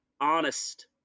honest